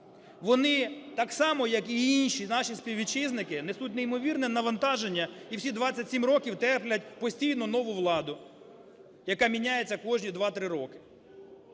Вони так само, як і інші наші співвітчизники, несуть неймовірне навантаження і всі 27 років терплять постійно нову владу, яка міняється кожні 2-3 роки.